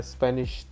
Spanish